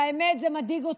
והאמת, זה מדאיג אותי,